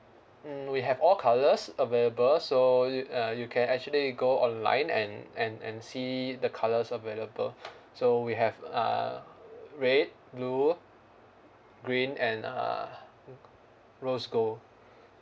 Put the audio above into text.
mm we have all colours available so you uh you can actually go online and and and see the colours available so we have uh red blue green and uh rose gold